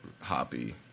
hoppy